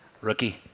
rookie